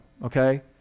Okay